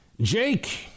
Jake